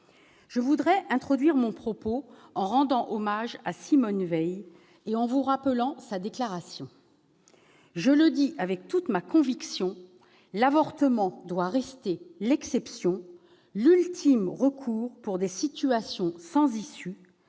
Je veux introduire mon propos en rendant hommage à Simone Veil, qui déclarait :« Je le dis avec toute ma conviction : l'avortement doit rester l'exception, l'ultime recours pour des situations sans issue.